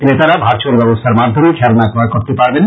ক্রেতারা ভার্চয়েল ব্যবস্থার মাধ্যমে খেলনা ক্রয় করতে পারবেন